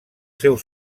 seus